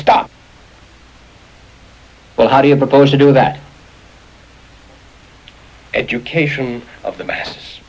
stop well how do you propose to do that education of the mass